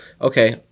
okay